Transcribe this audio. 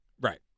right